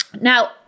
Now